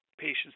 patients